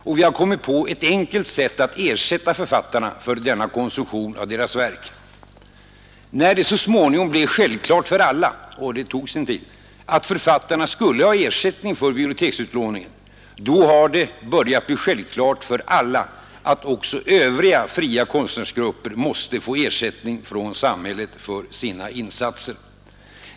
Och vi har kommit på ett enkelt sätt att ersätta författarna för denna konsumtion av deras verk. När det så småningom blev självklart för alla — och det tog sin tid — att författarna skulle ha ersättning för biblioteksutlåningen, då har det börjat bli självklart för alla att också övriga fria konstnärsgrupper måste få ersättning från samhället för sina insatser.